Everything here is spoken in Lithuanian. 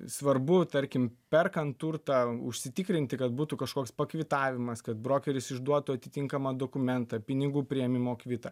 svarbu tarkim perkant turtą užsitikrinti kad būtų kažkoks pakvitavimas kad brokeris išduotų atitinkamą dokumentą pinigų priėmimo kvitą